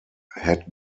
had